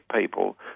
people